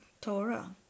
Torah